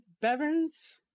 Bevins